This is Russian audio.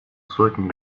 сотни